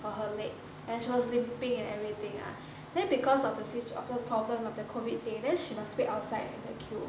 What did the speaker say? on her leg and she was limping and everything ah then because of the sit~ of the problem of the COVID thing then she must wait outside the queue